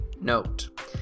Note